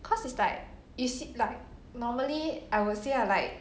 cause it's like you see like normally I will say lah like